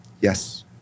Yes